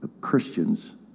Christians